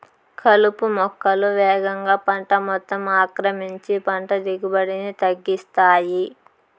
కలుపు మొక్కలు వేగంగా పంట మొత్తం ఆక్రమించి పంట దిగుబడిని తగ్గిస్తాయి